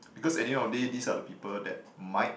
because at the end of the day these are the people that might